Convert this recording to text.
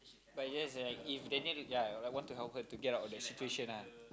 but yes uh if Daniel ya like want to help her to get out of the situation lah